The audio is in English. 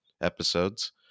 episodes